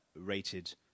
rated